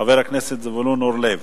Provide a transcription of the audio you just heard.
חבר הכנסת זבולון אורלב.